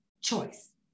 choice